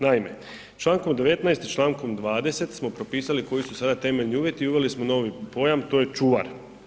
Naime, Člankom 19. i Člankom 20. smo propisali koji su sada temeljni uvjeti i uveli smo novi pojam to je čuvar.